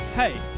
Hey